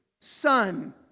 son